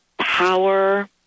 power